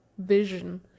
vision